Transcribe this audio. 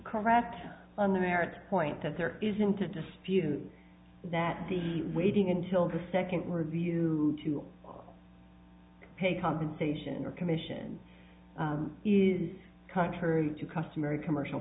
correct on the merits point that there isn't a dispute and that the waiting until the second review to pay compensation or commission is contrary to customary commercial